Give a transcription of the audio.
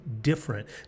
different